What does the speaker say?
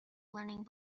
learning